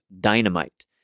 dynamite